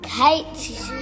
Kate